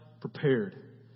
prepared